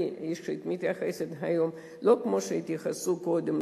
אני אישית מתייחסת היום לא כמו שהתייחסו קודם,